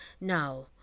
Now